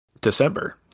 December